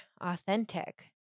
authentic